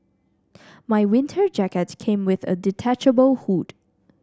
my winter jacket came with a detachable hood